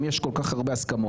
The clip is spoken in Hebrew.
אם יש כל כך הרבה הסכמות,